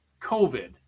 covid